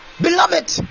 Beloved